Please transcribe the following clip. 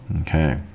Okay